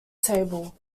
table